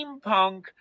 steampunk